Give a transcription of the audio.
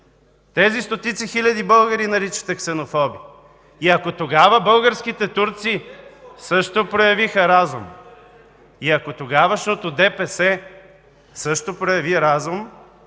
тези стотици хиляди българи наричате ксенофоби! И ако тогава българските турци също проявиха разум, и ако тогавашното ДПС също прояви разум,